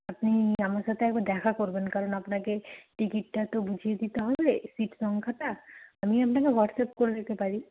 আপনি আমার সাথে একবার দেখা করবেন কারণ আপনাকে টিকিটটা তো বুঝিয়ে দিতে হবে সিট সংখ্যাটা আমি আপনাকে হোয়াটসঅ্যাপ করে দিতে পারি